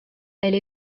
elle